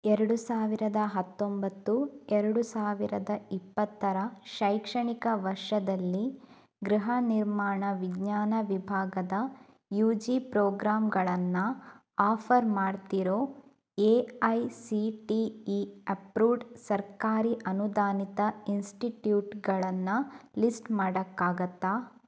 ಎರಡು ಸಾವಿರದ ಹತ್ತೊಂಬತ್ತು ಎರಡು ಸಾವಿರದ ಇಪ್ಪತ್ತರ ಶೈಕ್ಷಣಿಕ ವರ್ಷದಲ್ಲಿ ಗೃಹ ನಿರ್ಮಾಣ ವಿಜ್ಞಾನ ವಿಭಾಗದ ಯು ಜಿ ಪ್ರೋಗ್ರಾಮ್ಗಳನ್ನು ಆಫರ್ ಮಾಡ್ತಿರೋ A I C T E approved ಸರ್ಕಾರಿ ಅನುದಾನಿತ ಇನ್ಸ್ಟಿಟ್ಯೂಟ್ಗಳನ್ನು ಲಿಸ್ಟ್ ಮಾಡೋಕ್ಕಾಗತ್ತಾ